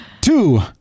Two